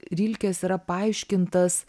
rilkės yra paaiškintas